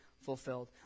fulfilled